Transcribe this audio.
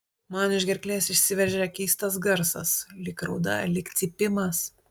man iš gerklės išsiveržia keistas garsas lyg rauda lyg cypimas